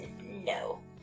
no